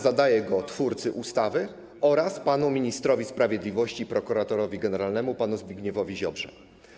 Zadaję je twórcy ustawy oraz panu ministrowi sprawiedliwości i prokuratorowi generalnemu panu Zbigniewowi Ziobrze.